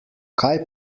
kaj